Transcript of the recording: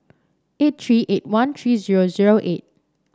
eight three eight one three zero zero eight